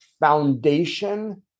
foundation